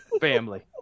Family